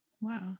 Wow